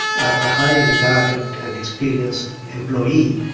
a highly regarded and experienced employee.